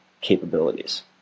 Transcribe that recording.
capabilities